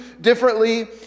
differently